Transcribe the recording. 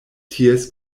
ties